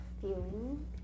feeling